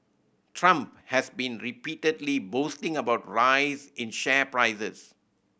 trump has been repeatedly boasting about rise in share prices